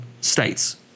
states